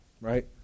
right